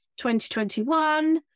2021